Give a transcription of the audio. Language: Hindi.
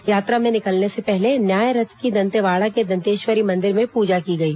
यात्रा में निकलने से पहले न्याय रथ की दंतेवाड़ा के दंतेश्वरी मंदिर में पूजा की गई